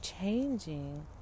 changing